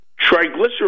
Triglycerides